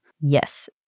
Yes